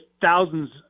thousands